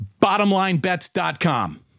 Bottomlinebets.com